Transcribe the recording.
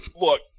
look